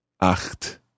Acht